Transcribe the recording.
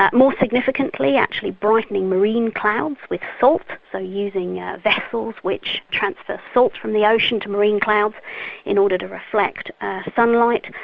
more significantly, actually brightening marine clouds with salt, so using vessels which transfer salt from the ocean to marine clouds in order to reflect sunlight.